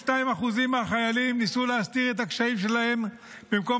62% מהחיילים ניסו להסתיר את הקשיים שלהם במקום